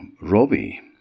Robbie